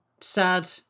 sad